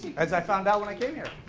as i found out when i came here.